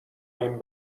این